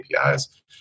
APIs